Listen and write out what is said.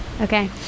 Okay